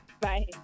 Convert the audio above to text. Bye